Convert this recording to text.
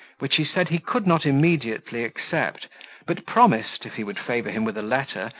which he said he could not immediately accept but promised, if he would favour him with a letter,